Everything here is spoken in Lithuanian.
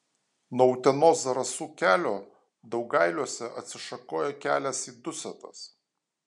nuo utenos zarasų kelio daugailiuose atsišakoja kelias į dusetas